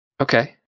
Okay